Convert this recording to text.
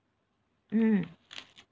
mm